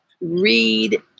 Read